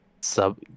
sub